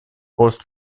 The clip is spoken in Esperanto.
post